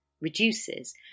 reduces